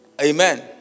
Amen